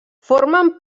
formen